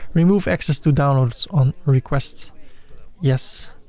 remove access to downloads on requests yes.